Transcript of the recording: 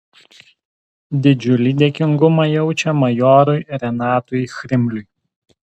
didžiulį dėkingumą jaučia majorui renatui chrimliui